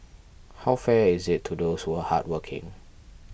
how fair is it to those who are hardworking